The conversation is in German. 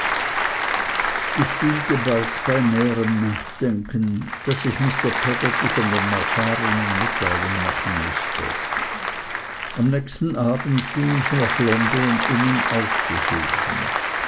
ich fühlte bald bei näherem nachdenken daß ich mr peggotty von dem erfahrenen mitteilung machen müßte am nächsten abend ging ich nach london um ihn aufzusuchen